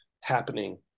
happening